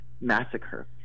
massacre